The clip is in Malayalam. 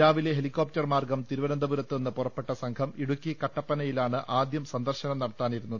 രാവിലെ ഹെലികോപ്ടർ മാർഗ്ഗം തിരുവനന്തപുരത്തുനിന്ന് പുറപ്പെട്ട സംഘം ഇടുക്കി കട്ടപ്പനയി ലാണ് ആദ്യം സന്ദർശനം നടത്താനിരുന്നത്